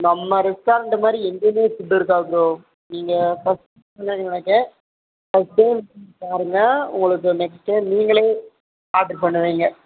நம்ம ரெஸ்டாரண்ட்டு மாதிரி எங்கேயுமே ஃபுட் இருக்காது ப்ரோ நீங்கள் ஃபஸ்ட் எனக்கு நெக்ஸ்ட் டைம் பாருங்கள் உங்களுக்கு நெக்ஸ்ட் டைம் நீங்களே ஆட்ரு பண்ணுவீங்கள்